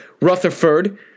Rutherford